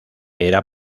era